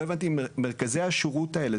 לא הבנתי אם מרכזי השירות האלה,